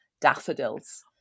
daffodils